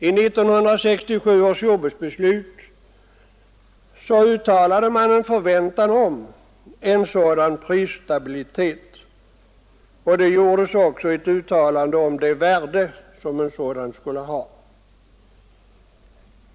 I 1967 års jordbruksbeslut uttalades en förväntan om en sådan prisstabilitet, och det gjordes också ett uttalande om det värde som en sådan skulle ha.